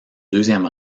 deuxième